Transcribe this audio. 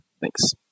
thanks